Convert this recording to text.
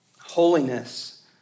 Holiness